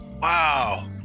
Wow